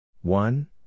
One